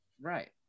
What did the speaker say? Right